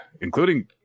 Including